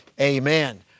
amen